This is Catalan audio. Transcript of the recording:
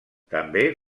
també